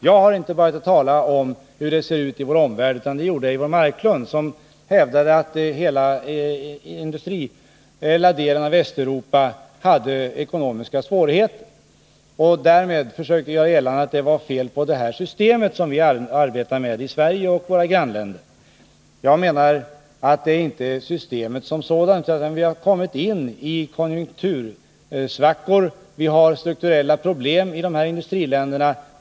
Jag har inte talat om hur det ser ut i vår omvärld, utan det var Eivor Marklund som hävdade att hela det industriella västeuropa hade ekonomiska svårigheter. Därmed försökte hon ju göra gällande att det var fel på det system vi arbetar med i Sverige och i våra grannländer. Jag menar att det inte är fel i systemet som sådant. Vi har kommit in i konjunktursvackor, och vi har strukturella problem i dessa industriländer.